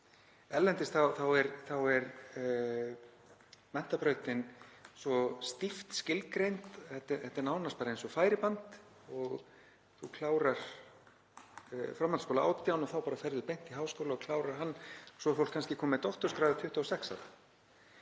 Erlendis er menntabrautin svo stíft skilgreind, þetta er nánast bara eins og færiband. Þú klárar framhaldsskóla 18 ára og þá ferðu beint í háskóla og klárar hann og svo er fólk kannski komið með doktorsgráðu 26